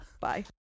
Bye